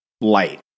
light